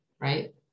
right